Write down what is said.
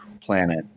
planet